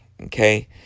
Okay